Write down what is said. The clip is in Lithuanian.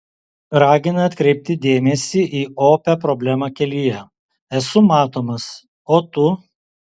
ragina atkreipti dėmesį į opią problemą kelyje esu matomas o tu